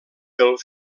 pel